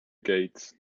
gates